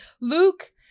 Luke